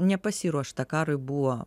nepasiruošta karui buvo